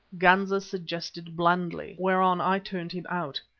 ganza suggested blandly, whereon i turned him out.